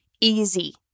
easy